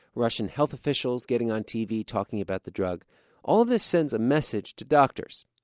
russian health officials getting on tv talking about the drug all this sends a message to doctors.